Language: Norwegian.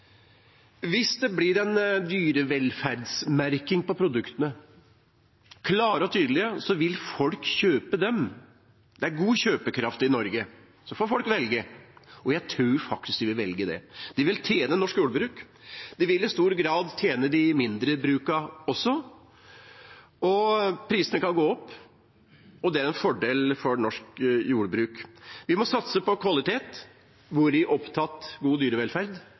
Hvis det blir en dyrevelferdsmerking på produktene – en klar og tydelig merking – vil folk kjøpe dem, for det er god kjøpekraft i Norge. Så får folk velge, og jeg tror faktisk at de vil velge de produktene. Dette vil tjene norsk jordbruk. Dette vil i stor grad tjene de mindre brukene også. Prisene kan komme til å gå opp, og det er en fordel for norsk jordbruk. Vi må satse på kvalitet – hvori god dyrevelferd